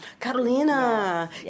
Carolina